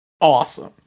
awesome